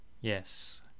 Yes